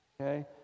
okay